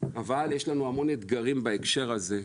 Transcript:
אבל יש לנו המון אתגרים בהקשר הזה.